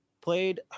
played